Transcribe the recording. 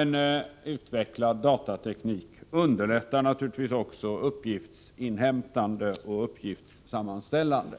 En utvecklad datateknik underlättar naturligtvis också uppgiftsinhämtande och uppgiftssammanställande.